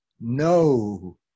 no